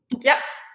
Yes